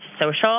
social